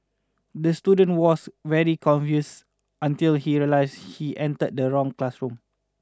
the student was very confuse until he realise he enter the wrong classroom